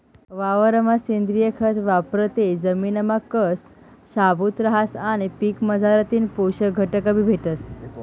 वावरमा सेंद्रिय खत वापरं ते जमिनना कस शाबूत रहास आणि पीकमझारथीन पोषक घटकबी भेटतस